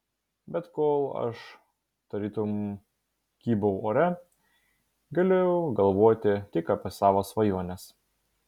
bet kol aš tarytum kybau ore galiu galvoti tik apie savo svajones